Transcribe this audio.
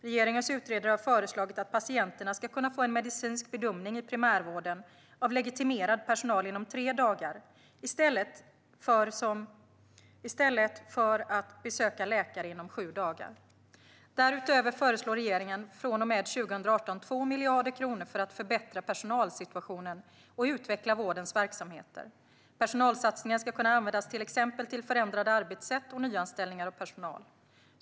Regeringens utredare har förslagit att patienterna ska kunna få en medicinsk bedömning i primärvården av legitimerad personal inom tre dagar i stället för att besöka läkare inom sju dagar. Därutöver föreslår regeringen från och med 2018 2 miljarder kronor för att förbättra personalsituationen och utveckla vårdens verksamheter. Personalsatsningen ska kunna användas till exempel till förändrade arbetssätt och nyanställningar av personal.